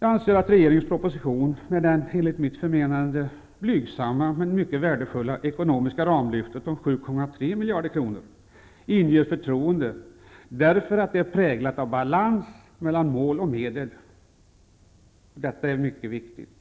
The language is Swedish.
Jag anser att regeringens proposition med det enligt mitt förmenande blygsamma, men mycket värdefulla, ekonomiska ramlyftet om 7.3 miljarder kronor inger förtroende därför att det är präglat av balans mellan mål och medel. Detta är mycket viktigt.